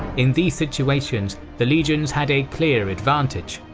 in these situations, the legions had a clear advantage.